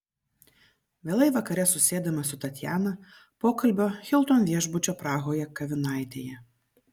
vėlai vakare susėdame su tatjana pokalbio hilton viešbučio prahoje kavinaitėje